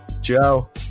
Joe